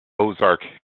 ozark